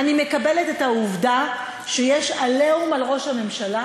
אני מקבלת את העובדה, זה הנחיות מזכירות.